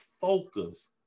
focus